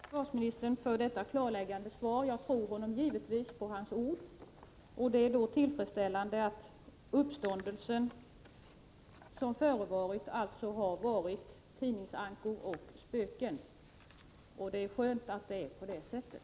Herr talman! Jag tackar försvarsministern för detta klarläggande svar. Jag tror honom givetvis på hans ord. Det är tillfredsställande att den uppståndelse som förevarit alltså har berott på tidningsankor och spöken. Det är skönt om det är på det sättet.